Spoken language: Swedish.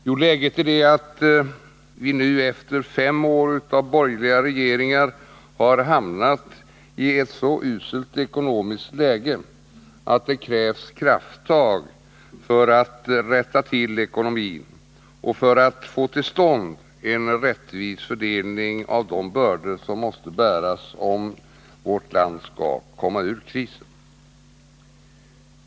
Jo, läget är det att vi nu efter fem år av borgerliga regeringar har hamnat i en så usel ekonomisk situation att det krävs krafttag för att vi skall kunna rätta till ekonomin och för att vi skall få till stånd en rättvis fördelning av de bördor som måste bäras om vårt land skall komma ur krisen.